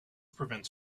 prevents